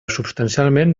substancialment